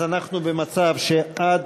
אז אנחנו במצב שעד